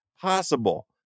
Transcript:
possible